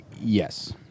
yes